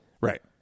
Right